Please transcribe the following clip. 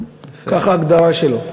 ככה ההגדרה שלו.